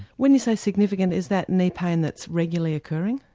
when you say significant is that knee pain that's regularly occurring?